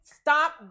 Stop